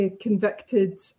convicted